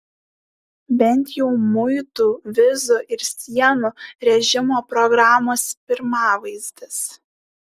bent jau muitų vizų ir sienų režimo programos pirmavaizdis